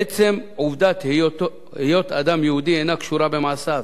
עצם עובדת היות אדם יהודי אינה קשורה במעשיו,